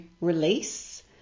release